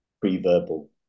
pre-verbal